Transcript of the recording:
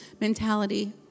mentality